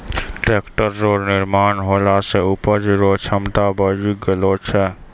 tractor रो निर्माण होला से उपज रो क्षमता बड़ी गेलो छै